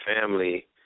family